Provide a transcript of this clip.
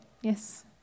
Yes